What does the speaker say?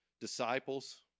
Disciples